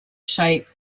shape